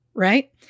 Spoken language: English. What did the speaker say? right